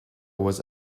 was